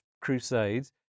Crusades